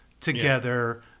together